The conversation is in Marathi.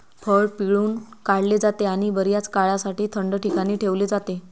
फळ पिळून काढले जाते आणि बर्याच काळासाठी थंड ठिकाणी ठेवले जाते